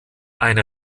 eine